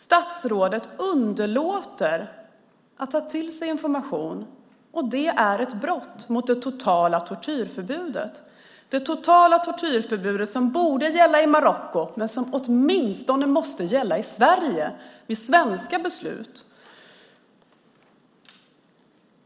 Statsrådet underlåter att ta till sig information, och det är ett brott mot det totala tortyrförbudet, det totala tortyrförbudet som borde gälla i Marocko men som åtminstone måste gälla i Sverige i svenska beslut.